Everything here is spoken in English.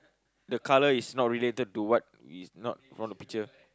the colour is not related to what is not not the picture